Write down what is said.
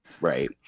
right